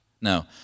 No